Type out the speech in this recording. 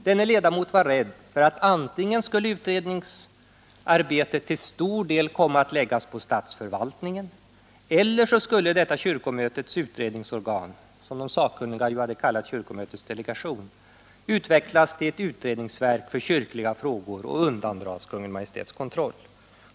Denne ledamot var rädd för att antingen skulle utredningsarbetet till stor del komma att läggas på statsförvaltningen eller skulle detta kyrkomötets utredningsorgan — som de sakkunniga hade kallat kyrkomötets delegation — utvecklas till ett utredningsverk för kyrkliga frågor och undandras Kungl. Maj:ts kontroll.